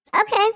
Okay